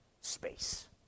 space